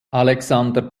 alexander